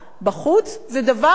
זה דבר שנגמר.